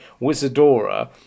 Wizardora